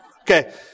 Okay